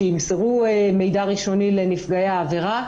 שימסרו מידע ראשוני לנפגעי העבירה,